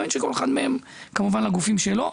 אני מאמין שכל אחד מהם כמובן, הגופים שלו.